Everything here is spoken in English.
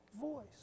voice